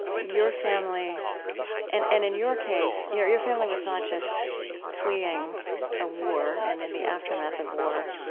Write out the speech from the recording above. your family and and in your case, your your family was not just fleeing a war, and in the aftermath of war,